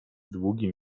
długim